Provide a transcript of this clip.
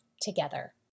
together